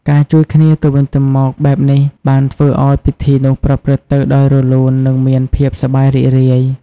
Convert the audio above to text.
ការជួយគ្នាទៅវិញទៅមកបែបនេះ បានធ្វើឱ្យពិធីនោះប្រព្រឹត្តទៅដោយរលូន និងមានភាពសប្បាយរីករាយ។